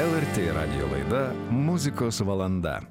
lrt radijo laida muzikos valanda